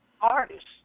artists